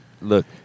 Look